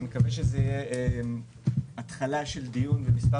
אני מקווה שזה יהיה התחלה של מספר